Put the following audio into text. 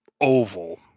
oval